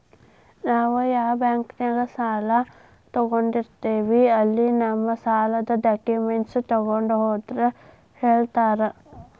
ನಾವ್ ಯಾ ಬಾಂಕ್ನ್ಯಾಗ ಸಾಲ ತೊಗೊಂಡಿರ್ತೇವಿ ಅಲ್ಲಿ ನಮ್ ಸಾಲದ್ ಡಾಕ್ಯುಮೆಂಟ್ಸ್ ತೊಗೊಂಡ್ ಹೋದ್ರ ಹೇಳ್ತಾರಾ